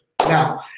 Now